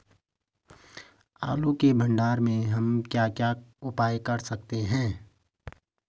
आलू के भंडारण में हम क्या क्या उपाय कर सकते हैं?